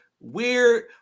weird